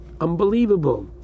unbelievable